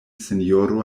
sinjoro